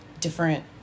different